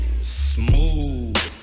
Smooth